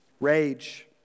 Rage